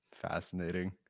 Fascinating